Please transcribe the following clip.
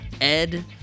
Ed